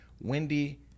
Wendy